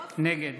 נגד